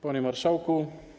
Panie Marszałku!